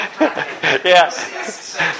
Yes